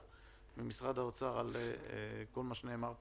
ממשרד האוצר לכל מה שנאמר פה,